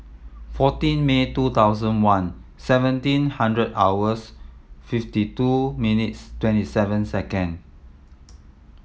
fourteen May two thousand one seventeen hundred hours fifty two minutes twenty seven second